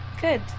good